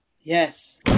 yes